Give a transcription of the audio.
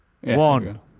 One